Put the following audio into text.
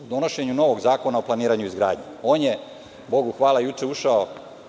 u donošenju novog Zakona o planiranju i izgradnji. On je, Bogu hvala, juče ušao